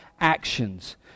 actions